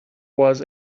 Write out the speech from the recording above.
was